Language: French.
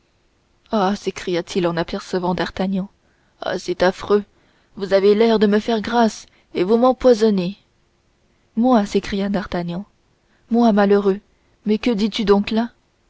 ah s'écria-t-il en apercevant d'artagnan ah c'est affreux vous avez l'air de me faire grâce et vous m'empoisonnez moi s'écria d'artagnan moi malheureux moi que dis-tu donc là